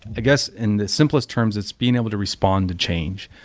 i guess in the simplest terms, it's being able to respond to change,